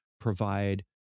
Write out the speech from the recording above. provide